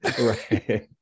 right